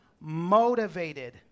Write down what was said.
motivated